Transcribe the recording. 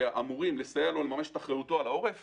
שאמורים לסייע לו לממש את אחריותו על העורף